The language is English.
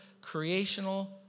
creational